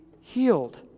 healed